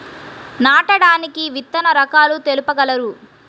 నాటడానికి విత్తన రకాలు తెలుపగలరు?